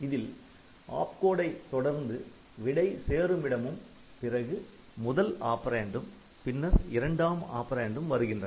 இதில் ஆப்கோடை தொடர்ந்து விடை சேருமிடமும் பிறகு முதல் ஆப்பரேன்ட்டும் பின்னர் இரண்டாம் ஆப்பரேன்ட்டும் வருகின்றன